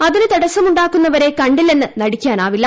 അതിന് തടസമുണ്ടാക്കുന്നവരെ കണ്ടില്ലെന്ന് നടിക്കാനാവില്ല